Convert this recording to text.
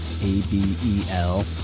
A-B-E-L